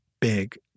big